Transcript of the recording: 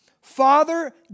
Father